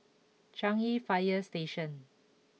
Changi Fire Station